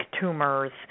tumors